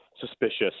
suspicious